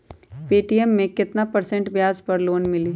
Paytm मे केतना percent ब्याज पर लोन मिली?